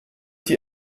die